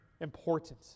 important